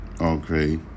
Okay